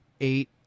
eight